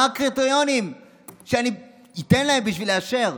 ואשאל: מה הקריטריונים שאני אתן להם בשביל לאשר?